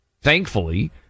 Thankfully